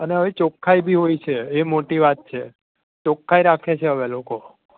અને હવે ચોખ્ખાઈ બી હોય છે એ મોટી વાત છે ચોખ્ખાઈ રાખે છે હવે લોકો